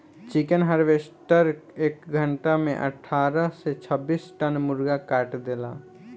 chicken harvester एक घंटा में अठारह से छब्बीस टन मुर्गा काट देला